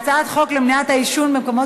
על הצעת חוק למניעת העישון במקומות